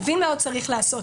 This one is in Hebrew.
מבין מה הוא צריך לעשות.